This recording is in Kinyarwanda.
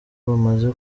bamaze